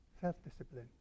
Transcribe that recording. Self-discipline